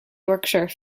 yorkshire